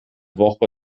woche